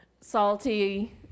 salty